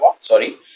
Sorry